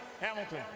hamilton